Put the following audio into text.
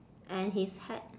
and his hat